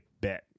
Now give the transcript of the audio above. bet